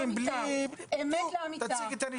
זו אמת לאמיתה.